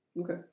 Okay